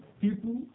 people